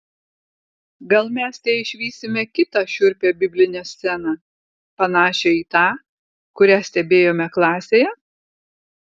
gal mes teišvysime kitą šiurpią biblinę sceną panašią į tą kurią stebėjome klasėje